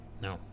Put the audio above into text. No